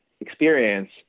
experience